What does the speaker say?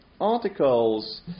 Articles